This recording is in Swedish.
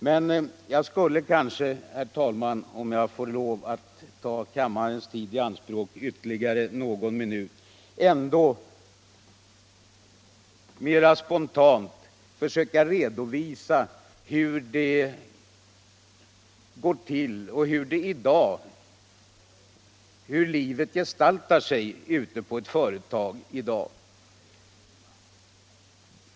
Men jag skulle kanske, herr talman — om jag får lov att ta kammarens tid i anspråk ytterligare någon minut — ändå spontant vilja försöka redovisa hur livet gestaltar sig ute i ett företag i dag.